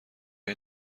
این